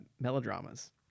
melodramas